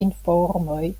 informoj